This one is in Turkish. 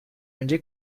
önce